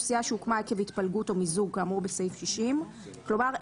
סיעה שהוקמה עקב התפלגות או מיזוג כאמור בסעיף 60,". כלומר,